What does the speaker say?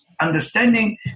understanding